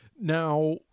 Now